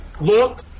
Look